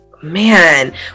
Man